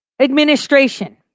administration